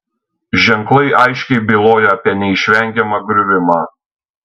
ženklai aiškiai byloja apie neišvengiamą griuvimą